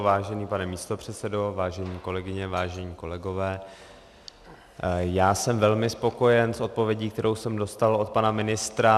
Vážený pane místopředsedo, vážené kolegyně, vážení kolegové, já jsem velmi spokojen s odpovědí, kterou jsem dostal od pana ministra.